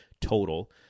total